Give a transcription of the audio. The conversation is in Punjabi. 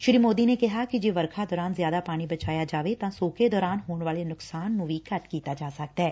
ਸ੍ਰੀ ਸੋਦੀ ਨੇ ਕਿਹਾ ਕਿ ਜੇ ਵਰਖਾ ਦੌਰਾਨ ਜ਼ਿਆਦਾ ਪਾਣੀ ਬਚਾਇਆ ਜਾਵੇ ਤਾਂ ਸੋਕੇ ਦੌਰਾਨ ਹੋਣ ਵਾਲੇ ਨੁਕਸਾਨ ਨੂੰ ਘੱਟ ਕੀਤਾ ਜਾ ਸਕਦੈ